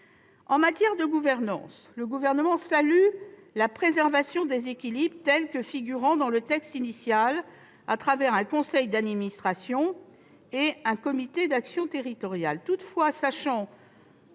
En matière de gouvernance, le Gouvernement salue la préservation des équilibres tels que figurant dans le texte initial, à travers un conseil d'administration et un comité d'action territoriale.